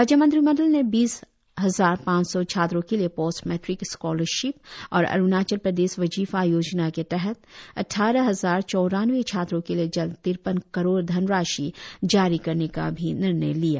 राज्य मंत्रीमंडल ने बीस हजार पांच सौ छात्रों के लिए पोस्ट मैट्रीक स्कॉलरशीप और अरुणाचल प्रदेश वजीफा योजना के तहत अद्वारह हजार चौरानवे छात्रों के लिए जल्द तिरपन करोड़ धनराशि जारी करने का भी निर्णय लिया